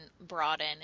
broaden